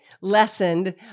lessened